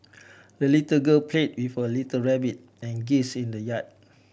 the little girl played with her little rabbit and geese in the yard